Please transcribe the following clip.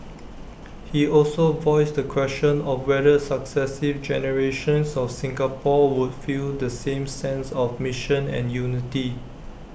he also voiced the question of whether successive generations of Singapore would feel the same sense of mission and unity